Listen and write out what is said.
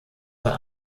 für